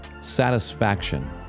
satisfaction